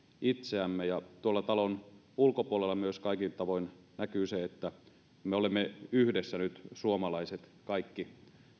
itseämme tuolla talon ulkopuolella myös kaikin tavoin näkyy se että me olemme yhdessä nyt suomalaiset kaikki